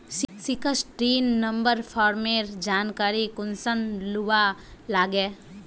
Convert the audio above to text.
Sixteen number farmer जानकारी कुंसम लुबा लागे?